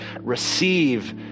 receive